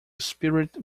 spirit